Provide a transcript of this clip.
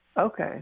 okay